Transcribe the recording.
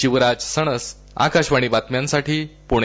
शिवराज सणस आकाशवाणी बातम्यांसाठी पुणे